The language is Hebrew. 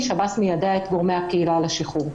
שב"ס מיידע את גורמי הקהילה על השחרור.